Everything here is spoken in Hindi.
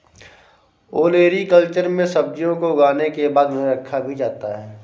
ओलेरीकल्चर में सब्जियों को उगाने के बाद उन्हें रखा भी जाता है